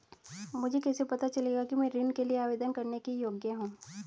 मुझे कैसे पता चलेगा कि मैं ऋण के लिए आवेदन करने के योग्य हूँ?